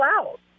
out